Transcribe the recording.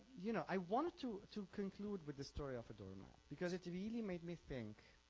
you know i wanted to to conclude with the story of a doormat because it really made me think